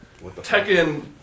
Tekken